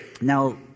Now